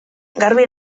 garbi